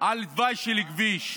על תוואי של כביש,